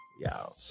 Y'all